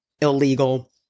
illegal